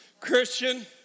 Christian